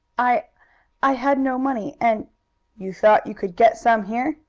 i i had no money, and you thought you could get some here?